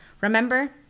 Remember